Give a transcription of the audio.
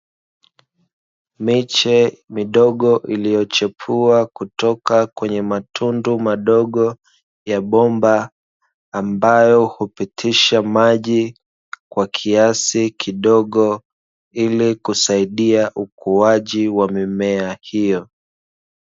Miche midogo iliyochepua kutoka kwenye matundu madogo ya bomba ambayo hupitisha maji kwa kiasi kidogo ili kusaidia ukuaji wa mimea hiyo.